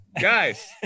guys